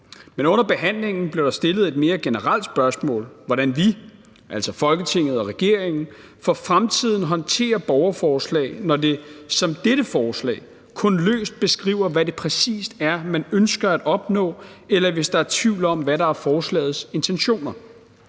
Men under behandlingen blev der stillet et mere generelt spørgsmål om, hvordan vi, altså Folketinget og regeringen, for fremtiden håndterer borgerforslag, når det som dette forslag kun løst beskriver, hvad det præcis er, man ønsker at opnå, eller hvis der er tvivl om, hvad der er forslagets intentioner.